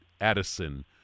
Addison